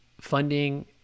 funding